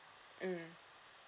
mm